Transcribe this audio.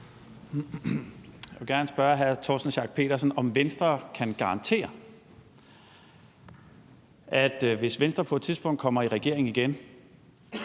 Jeg vil gerne spørge hr. Torsten Schack Pedersen, om Venstre kan garantere, at hvis Venstre på et tidspunkt kommer i regering igen,